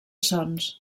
sons